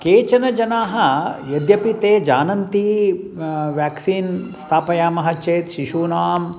केचन जनाः यद्यपि ते जानन्ति व्याक्सीन् स्थापयामः चेत् शिशूनां